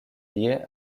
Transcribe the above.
liée